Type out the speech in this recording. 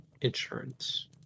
insurance